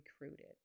recruited